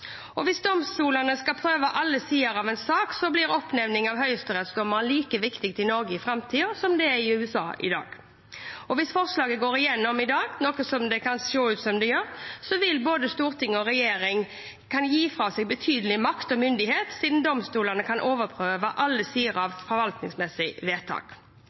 Og hvis domstolene skal prøve alle sider av en sak, blir oppnevning av høyesterettsdommere like viktig i Norge i framtida som det er i USA i dag. Hvis forslaget går gjennom i dag, noe det kan se ut som det gjør, vil både storting og regjering gi fra seg betydelig makt og myndighet, siden domstolene kan overprøve alle sider av forvaltningsmessige vedtak.